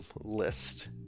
list